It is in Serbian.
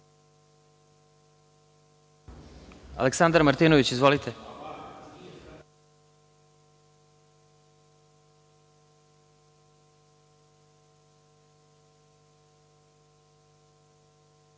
Aleksandar Martinović. Izvolite